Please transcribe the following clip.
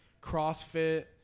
CrossFit